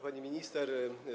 Pani Minister!